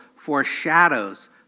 foreshadows